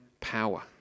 power